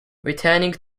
returning